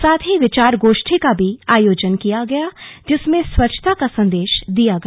साथ ही विचार गोष्ठी का भी आयोजन किया गया जिसमें स्वच्छता का संदेश दिया गया